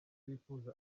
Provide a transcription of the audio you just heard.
bifuza